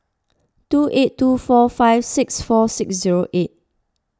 two eight two four five six four six zero eight